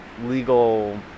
legal